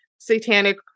satanic